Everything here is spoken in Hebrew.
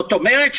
זאת אומרת,